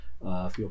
Feel